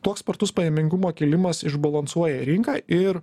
toks spartus pajamingumo kilimas išbalansuoja rinką ir